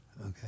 Okay